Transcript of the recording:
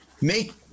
make